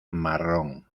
marrón